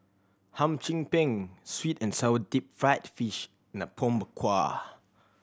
Hum Chim Peng sweet and sour deep fried fish Apom Berkuah